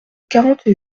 quarante